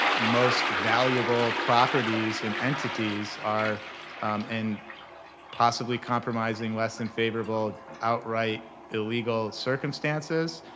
most valuable properties and entities are in possibly compromising, less than favorable outright illegal circumstances,